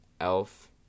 Elf